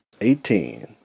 Eighteen